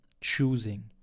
choosing